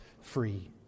free